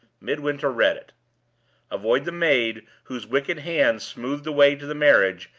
midwinter read it avoid the maid whose wicked hand smoothed the way to the marriage,